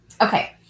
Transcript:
Okay